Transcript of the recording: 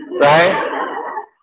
right